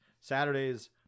Saturdays